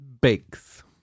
Bakes